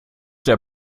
der